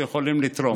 והם יכולים לתרום.